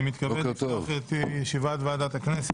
אני מתכבד לפתוח את ישיבת ועדת הכנסת.